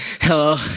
hello